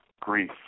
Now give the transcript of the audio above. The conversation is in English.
grief